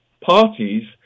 parties